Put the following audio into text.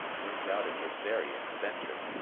no doubt it was very eccentric,